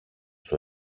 του